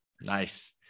Nice